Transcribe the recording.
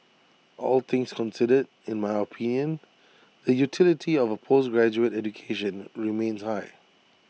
all things considered in my opinion the utility of A postgraduate education remains high